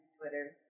Twitter